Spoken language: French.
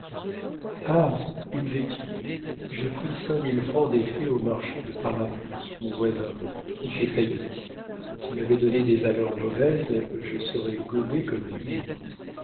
une vétille j'ai pris cinq mille francs d'effets au marchand de parapluies mon voisin qui fait faillite s'il m'avait donné des valeurs mauvaises je serais gobé comme